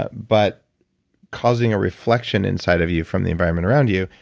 ah but causing a reflection inside of you from the environment around you.